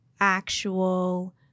actual